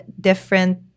different